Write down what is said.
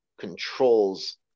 controls